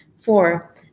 Four